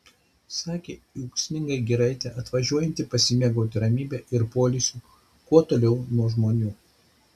sakė į ūksmingąją giraitę atvažiuojanti pasimėgauti ramybe ir poilsiu kuo toliau nuo žmonių